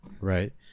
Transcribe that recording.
Right